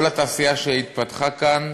כל התעשייה שהתפתחה כאן,